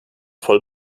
voll